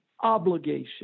obligation